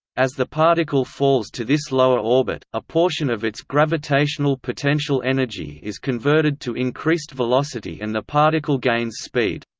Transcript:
as the particle falls to this lower orbit, a portion of its gravitational potential energy is converted to increased velocity and the particle gains speed.